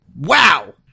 wow